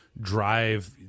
drive